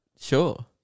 Sure